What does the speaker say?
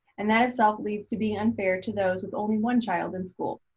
and that itself leads to being unfair to those with only one child in school.